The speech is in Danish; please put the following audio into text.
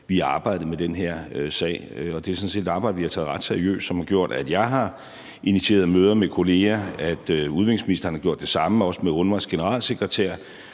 vi arbejdede med den her sag. Og det er jo sådan set et arbejde, vi har taget ret seriøst, og som har gjort, at jeg har initieret møder med kolleger, og at udviklingsministeren har gjort det samme, også med UNRWA's generalsekretær,